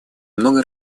много